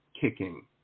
kicking